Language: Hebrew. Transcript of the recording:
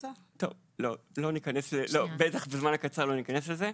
טוב, בטח בזמן הקצר לא ניכנס לזה.